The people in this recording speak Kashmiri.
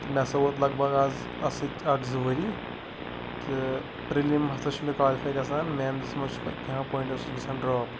تہٕ مےٚ ہَسا ووت لگ بگ آز اَتھ سۭتۍ اَکھ زٕ ؤری تہٕ پرِلِم ہَسا چھِ مےٚ کالِفاے گژھان مینَس منٛز چھِ کیٚنٛہہ پویِنٛٹَس سۭتۍ گژھان ڈرٛاپ